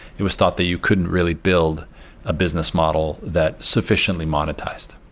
it was thought that you couldn't really build a business model that sufficiently monetized.